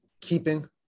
keeping